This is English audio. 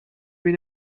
been